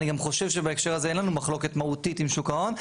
אני גם חושב שבהקשר הזה אין לנו מחלוקת מהותית עם שוק ההון.